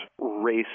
race